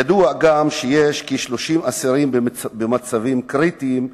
ידוע גם שיש בבתי-הכלא כ-30 אסירים במצבים קריטיים.